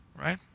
right